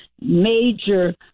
major